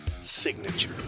signature